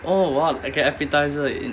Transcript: oh !wah! okay appetiser